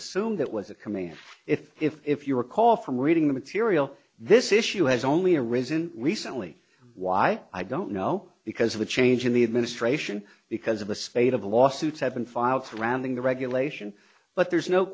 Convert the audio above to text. assumed that was a command if if if you recall from reading the material this issue has only arisen recently why i don't know because of a change in the administration because of the spate of lawsuits have been filed surrounding the regulation but there's no